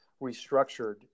restructured